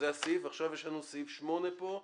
עכשיו יש לנו סעיף 8 פה: